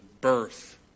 birth